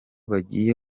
bagiye